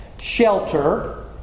shelter